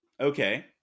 Okay